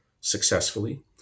successfully